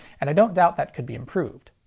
and i don't doubt that could be improved.